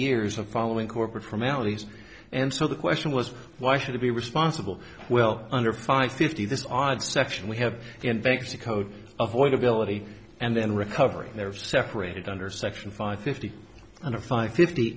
years of following corporate from alleys and so the question was why should it be responsible well under five fifty this odd section we have in vegas a code of void ability and then recovering there separated under section five fifty five fifty